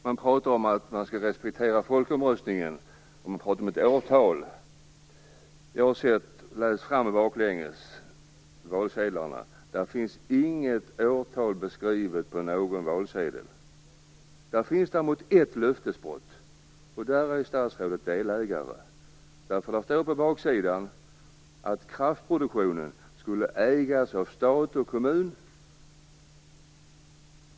Man talar om att man skall respektera folkomröstningen och man talar om ett årtal. Jag har läst valsedlarna fram och baklänges, och det finns inget årtal angivet på någon valsedel. Det finns däremot ett löftesbrott som statsrådet är delaktig i. Det står nämligen på baksidan av valsedeln att kraftproduktionen skall ägas av stat och kommun.